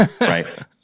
Right